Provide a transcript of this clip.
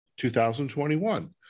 2021